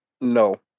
No